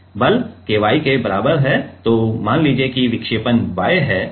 बल K y के बराबर है और मान लीजिए कि विक्षेपण y है